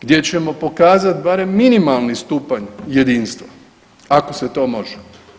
Gdje ćemo pokazati barem minimalni stupanj jedinstva ako se to može.